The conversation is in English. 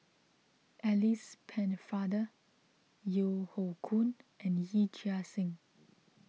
Alice Pennefather Yeo Hoe Koon and Yee Chia Hsing